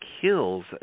kills